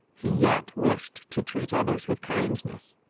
he yet wished to treat others with kindness.